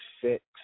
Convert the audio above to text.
six